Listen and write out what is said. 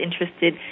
interested